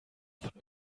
von